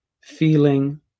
feeling